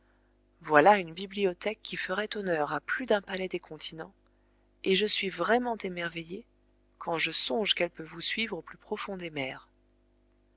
voilà une bibliothèque qui ferait honneur à plus d'un palais des continents et je suis vraiment émerveillé quand je songe qu'elle peut vous suivre au plus profond des mers